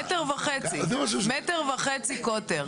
מטר וחצי קוטר.